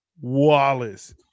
Wallace